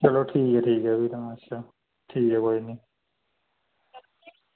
चलो ठीक ऐ ठीक ऐ तां भी अच्छा ठीक ऐ कोई नी